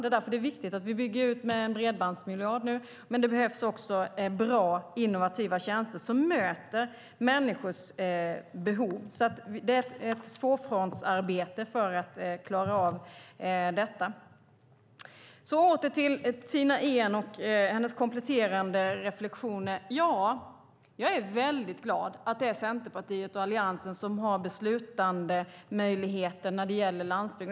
Det är därför det är viktigt att vi bygger ut med en bredbandsmiljard nu, men det behövs också bra, innovativa tjänster som möter människors behov. Det är alltså ett tvåfrontsarbete för att klara av detta. Åter till Tina Ehn och hennes kompletterande reflektioner. Ja, jag är väldigt glad att det är Centerpartiet och Alliansen som har beslutandemöjligheter när det gäller landsbygden.